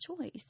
choice